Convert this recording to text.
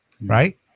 right